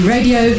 Radio